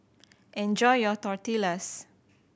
enjoy your Tortillas